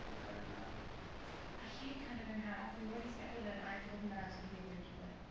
cut it and i can't cut it in half. we already scheduled it, and i told him that i was gonna be able to do it.